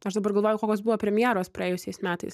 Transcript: aš dabar galvoju kokios buvo premjeros praėjusiais metais